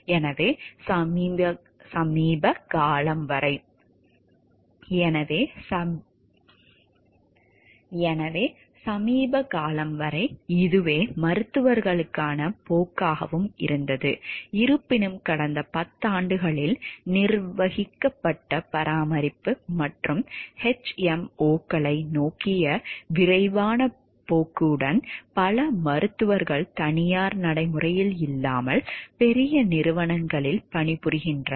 எனவே சமீப காலம் வரை இதுவே மருத்துவர்களுக்கான போக்காகவும் இருந்தது இருப்பினும் கடந்த பத்தாண்டுகளில் நிர்வகிக்கப்பட்ட பராமரிப்பு மற்றும் HMO களை நோக்கிய விரைவான போக்குடன் பல மருத்துவர்கள் தனியார் நடைமுறையில் இல்லாமல் பெரிய நிறுவனங்களில் பணிபுரிகின்றனர்